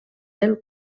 del